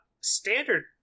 standard